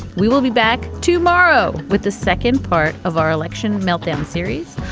we will be back to morrow with the second part of our election meltdown series,